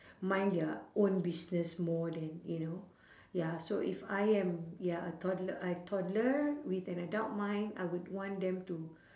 mind their own business more than you know ya so if I am ya a toddler a toddler with an adult mind I would want them to